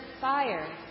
fire